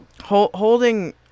Holding